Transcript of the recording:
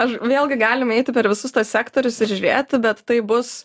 aš vėlgi galime eiti per visus tuos sektorius ir žiūrėti bet taip bus